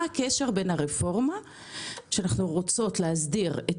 מה הקשר בין הרפורמה שאנחנו רוצות להסדיר את